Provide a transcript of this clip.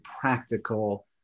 practical